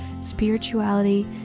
spirituality